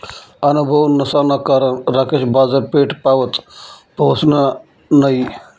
अनुभव नसाना कारण राकेश बाजारपेठपावत पहुसना नयी